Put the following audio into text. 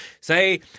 Say